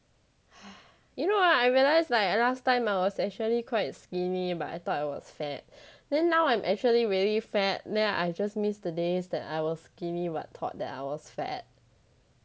you know ah I realise like last time I was actually quite skinny but I thought I was fat then now I'm actually really fat then I just missed the days that I was skinny but thought that I was fat